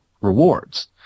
rewards